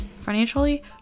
financially